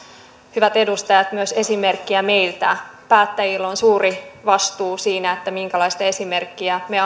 hyvät edustajat myös esimerkkiä meiltä päättäjillä on suuri vastuu siinä minkälaista esimerkkiä me